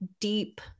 deep